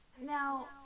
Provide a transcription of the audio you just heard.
Now